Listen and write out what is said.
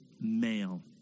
male